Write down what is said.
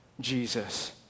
Jesus